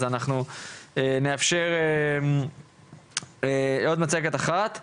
אז אנחנו נאפשר עוד מצגת אחת,